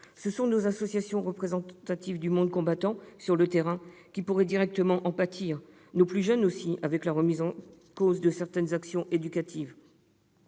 Ce sont nos associations représentatives du monde combattant, sur le terrain, qui pourraient directement en pâtir, ainsi que nos jeunes, avec la remise en cause de certaines actions éducatives.